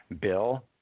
Bill